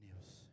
news